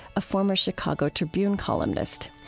a former chicago tribune columnist.